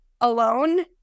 alone